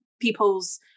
people's